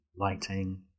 lighting